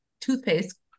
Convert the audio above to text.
toothpaste